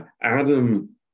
Adam